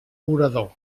orador